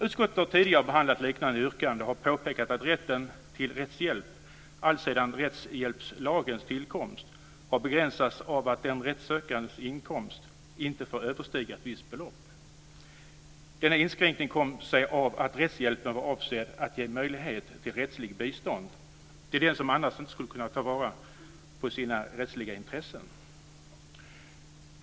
Utskottet har tidigare behandlat liknande yrkanden och har påpekat att rätten till rättshjälp alltsedan rättshjälpslagens tillkomst har begränsats av att den rättssökandes inkomst inte får överstiga ett visst belopp. Denna inskränkning kom sig av att rättshjälpen var avsedd att ge möjlighet till rättsligt bistånd för den som annars inte skulle kunna ta till vara sina rättsliga intressen.